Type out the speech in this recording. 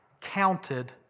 counted